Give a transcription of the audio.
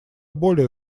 более